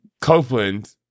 Copeland